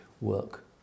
work